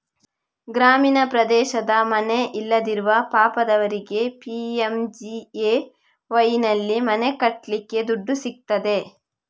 ಗ್ರಾಮೀಣ ಪ್ರದೇಶದ ಮನೆ ಇಲ್ಲದಿರುವ ಪಾಪದವರಿಗೆ ಪಿ.ಎಂ.ಜಿ.ಎ.ವೈನಲ್ಲಿ ಮನೆ ಕಟ್ಲಿಕ್ಕೆ ದುಡ್ಡು ಸಿಗ್ತದೆ